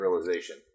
realization